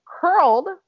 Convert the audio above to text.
curled